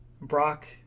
brock